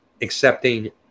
accepting